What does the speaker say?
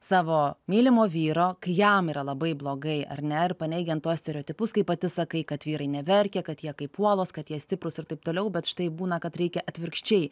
savo mylimo vyro kai jam yra labai blogai ar ne ir paneigiant tuos stereotipus kaip pati sakai kad vyrai neverkia kad jie kaip uolos kad jie stiprūs ir taip toliau bet štai būna kad reikia atvirkščiai